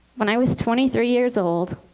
when i was twenty three years old,